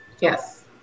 yes